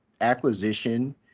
acquisition